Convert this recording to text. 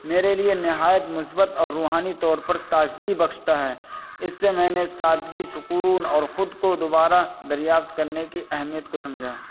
میرے لیے نہایت مثبت اور روحانی طور پر تازگی بخشتا ہے اس سے میں نے سادگی سکون اور خود کو دوبارہ دریافت کرنے کی اہمیت کو سمجھا